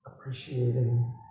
appreciating